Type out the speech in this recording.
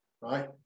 right